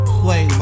play